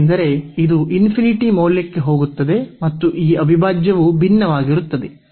ಏಕೆಂದರೆ ಇದು ∞ ಮೌಲ್ಯಕ್ಕೆ ಹೋಗುತ್ತದೆ ಮತ್ತು ಈ ಅವಿಭಾಜ್ಯವು ಭಿನ್ನವಾಗಿರುತ್ತದೆ